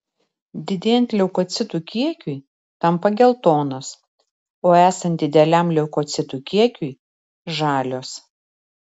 didėjant leukocitų kiekiui tampa geltonos o esant dideliam leukocitų kiekiui žalios